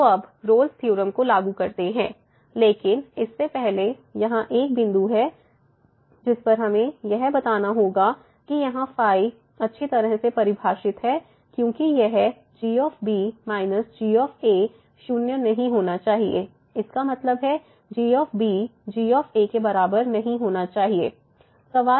तो अब Rolle's theorem Rolle's theorem को लागू करते हैं लेकिन इससे पहले यहां एक बिंदु है जिस पर हमें यह बताना होगा कि यहाँ अच्छी तरह से परिभाषित है क्योंकि यह g g 0 नहीं होना चाहिए इसका मतलब है g g के बराबर नहीं होना चाहिए